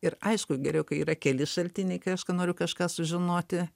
ir aišku geriau kai yra keli šaltiniai kai aš ką noriu kažką sužinoti